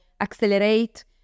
accelerate